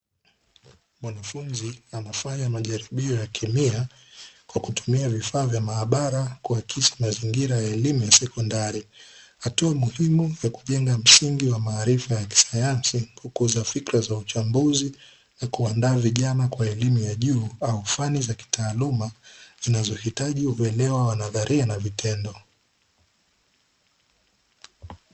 Mwanafunzi anafanya majaribio ya kemia kwa kutumia vifaa vya maabara kuakisi mazingira ya elimu ya sekondari. Hatua muhimu ya kujenga msingi wa maarifa ya kisayansi, kukuza fikra za uchambuzi na kuwandaa vijana kwa elimu ya juu au fani za kitaaluma zinazohitaji uwelewa wa nadharia na vitendo.